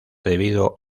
debido